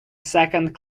second